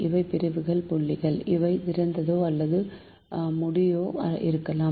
இவை பிரிவு புள்ளிகள் இவை திறந்தோ அல்லது மூடியோ இருக்கலாம்